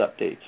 updates